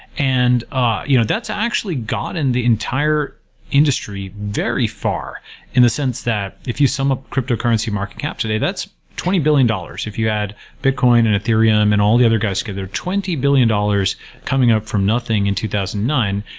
and ah you know that's actually gotten the entire industry very far in the sense that if you sum up ah cryptocurrency market cap today, that's twenty billion dollars if you ad bitcoin and ethereum and all the other guys together, twenty billion dollars coming up from nothing in two thousand and nine.